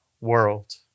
world